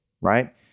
Right